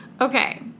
Okay